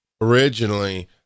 originally